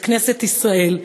את כנסת ישראל,